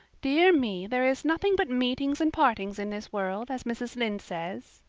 dear me, there is nothing but meetings and partings in this world, as mrs. lynde says,